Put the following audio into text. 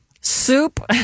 Soup